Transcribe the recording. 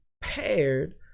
paired